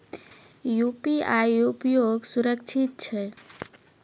UPI उपयोग सुरक्षित छै?